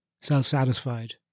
self-satisfied